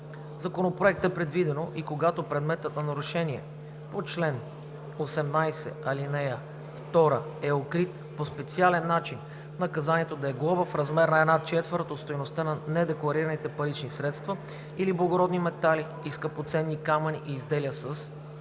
Законопроекта е предвидено и когато предметът на нарушение по чл. 18, ал. 2 е укрит по специален начин, наказанието да е глоба в размер на една четвърт от стойността на недекларираните парични средства или благородни метали и скъпоценни камъни и изделия със